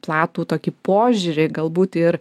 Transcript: platų tokį požiūrį galbūt ir